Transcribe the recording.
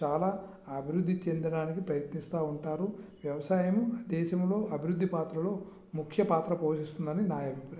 చాలా అభివృద్ధి చెందడానికి ప్రయత్నిస్తూ ఉంటారు వ్యవసాయం దేశంలో అభివృద్ధి పాత్రలో ముఖ్య పాత్ర పోషిస్తుందని నా అభిప్రాయం